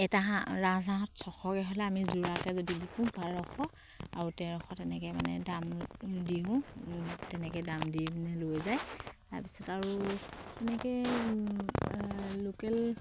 এটা হাঁহ ৰাজহাঁহত ছশকে হ'লে আমি যোৰাতে যদি বিকো বাৰশ আৰু তেৰশ তেনেকে মানে দাম দিওঁ তেনেকে দাম দিওঁ লৈ যায় তাৰপিছত আৰু এনেকে লোকেল